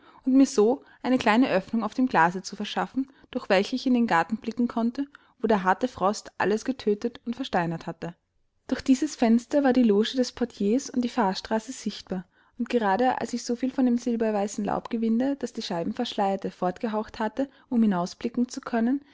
und mir so eine kleine öffnung auf dem glase zu verschaffen durch welche ich in den garten blicken konnte wo der harte frost alles getötet und versteinert hatte durch dieses fenster war die loge des portiers und die fahrstraße sichtbar und gerade als ich so viel von dem silberweißen laubgewinde das die scheiben verschleierte fortgehaucht hatte um hinausblicken zu können